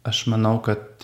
aš manau kad